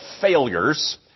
failures